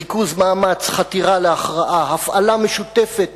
ריכוז מאמץ, חתירה להכרעה, הפעלה משותפת